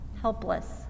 helpless